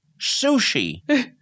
sushi